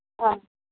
ஆ